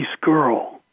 girl